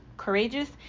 courageous